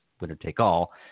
winner-take-all